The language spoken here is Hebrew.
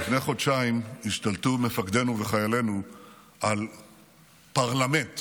לפני חודשיים השתלטו מפקדינו וחיילינו על פרלמנט,